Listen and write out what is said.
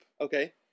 Okay